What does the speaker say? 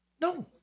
No